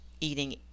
eating